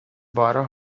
bottle